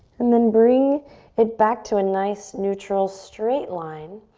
and then bring it back to a nice, neutral straight line.